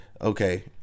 Okay